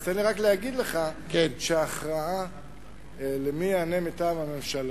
אז תן לי רק להגיד לך שההכרעה מי יענה מטעם הממשלה,